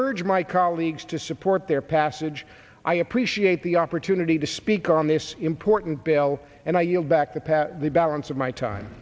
urge my colleagues to support their passage i appreciate the opportunity to speak on this important bill and i yield back to pass the balance of my time